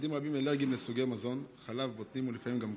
אלרגיים לסוגי מזון, חלב, בוטנים ולפעמים גם קמח,